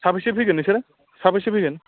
साबोसे फैगोन नोंसोरो साबोसे फैगोन